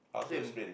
same